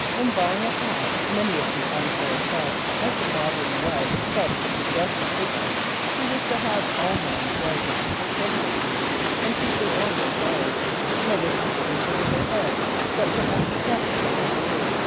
in buying a hat many of the unfair sex as the modern wag dubs the progressive sisters who wish to have all man's rights and privileges and keep their own besides never seem to consider their heads but from a front point of view.